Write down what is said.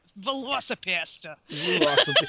Velocipasta